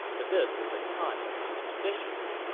but this was a time of superstitions,